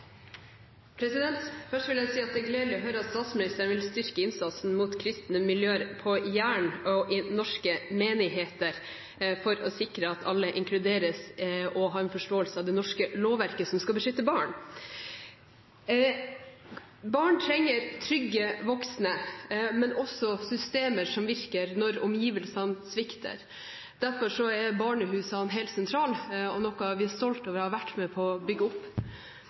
Først vil jeg si at det er gledelig å høre at statsministeren vil styrke innsatsen inn mot kristne miljøer på Jæren og i norske menigheter for å sikre at alle inkluderes og har en forståelse av det norske lovverket, som skal beskytte barn. Barn trenger trygge voksne, men også systemer som virker når omgivelsene svikter. Derfor er barnehusene helt sentrale og noe vi er stolte av å ha vært med på å bygge opp.